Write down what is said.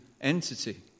entity